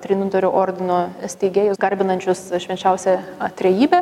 trinitorių ordino steigėjus garbinančius švenčiausią trejybę